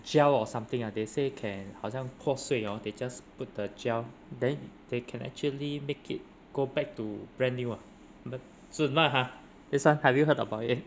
gel or something ah they say can 好像破碎 hor they just put the gel then they can actually make it go back to brand new but so real or not this [one] have you heard about it